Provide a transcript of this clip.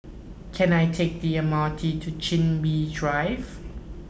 can I take the M R T to Chin Bee Drive